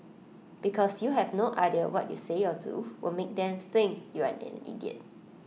because you have no idea what you say or do will make them think you're an idiot